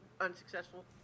Unsuccessful